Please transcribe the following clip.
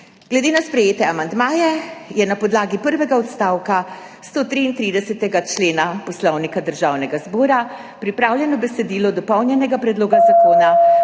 Glede na sprejete amandmaje je na podlagi prvega odstavka 133. člena Poslovnika Državnega zbora pripravljeno besedilo dopolnjenega predloga zakona,